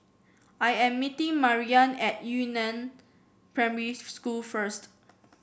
I am meeting Merilyn at Yu Neng Primary School first